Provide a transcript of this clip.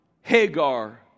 Hagar